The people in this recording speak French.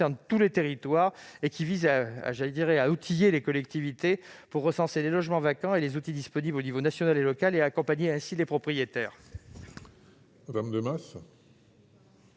tous les territoires et qui vise à outiller les collectivités pour recenser les logements vacants et les outils disponibles aux échelons national et local et accompagner ainsi les propriétaires.